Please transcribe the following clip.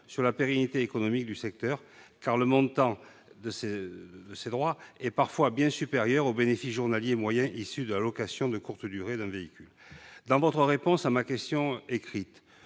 sur la pérennité économique du secteur, car le montant de ces droits est parfois bien supérieur au bénéfice journalier moyen issu de la location de courte durée d'un véhicule. Dans votre réponse à ma question écrite,